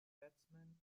batsman